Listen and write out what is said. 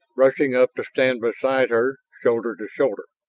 rushing up to stand beside her, shoulder to shoulder.